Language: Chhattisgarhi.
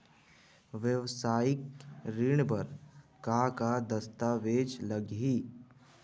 वेवसायिक ऋण बर का का दस्तावेज लगही?